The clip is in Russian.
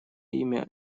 имя